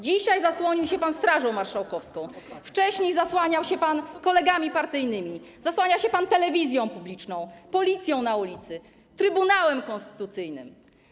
Dzisiaj zasłonił się pan Strażą Marszałkowską, wcześniej zasłaniał się pan kolegami partyjnymi, zasłania się pan telewizją publiczną, policją na ulicy, Trybunałem Konstytucyjnym.